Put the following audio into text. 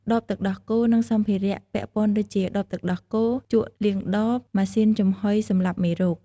ដបទឹកដោះគោ និងសម្ភារៈពាក់ព័ន្ធដូចជា ដបទឹកដោះគោ ជក់លាងដប ម៉ាស៊ីនចំហុយសម្លាប់មេរោគ។